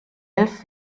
elf